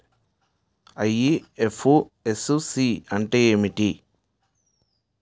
IFSC అంటే ఏమిటి?